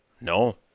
No